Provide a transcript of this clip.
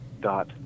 dot